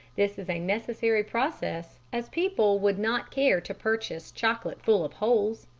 this is a necessary process, as people would not care to purchase chocolate full of holes.